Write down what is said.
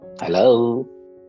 hello